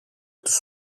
τους